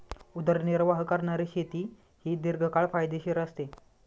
उदरनिर्वाह करणारी शेती ही दीर्घकाळ फायदेशीर असते